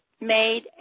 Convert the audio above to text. made